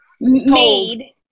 made